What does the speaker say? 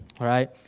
right